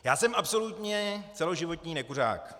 Já jsem absolutně celoživotní nekuřák.